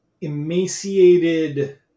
emaciated